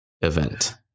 event